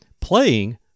playing